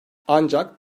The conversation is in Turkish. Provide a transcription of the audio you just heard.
ancak